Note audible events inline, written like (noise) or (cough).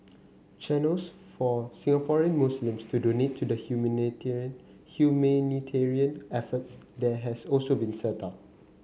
channels for Singaporean Muslims to donate to the (unintelligible) humanitarian efforts there has also been set up